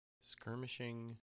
Skirmishing